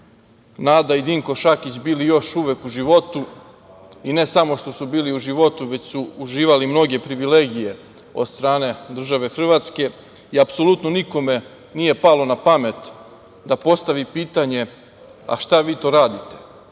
Nada i Dinko Šakić bili još uvek u životu, i ne samo što su bili u životu, već su uživali mnoge privilegije od strane države Hrvatske i apsolutno nikome nije palo na pamet da postavi pitanje - a šta vi to radite?